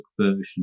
version